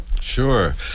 Sure